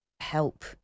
help